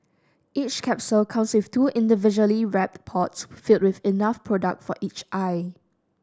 each capsule comes with two individually wrapped pods filled with enough product for each eye